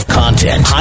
content